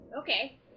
Okay